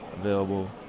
available